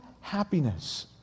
happiness